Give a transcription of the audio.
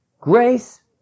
Grace